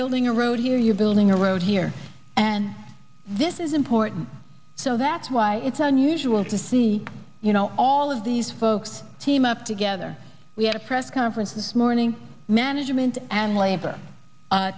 building a road here you're building a road here and this is important so that's why it's unusual to see you know all of these folks team up together we had a press conference this morning management and labor